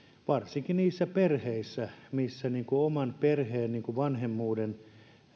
varsinkin niissä perheissä missä perheen vanhemmuuden